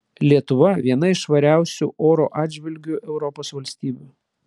lietuva viena iš švariausių oro atžvilgiu europos valstybių